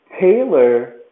Taylor